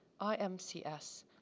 IMCS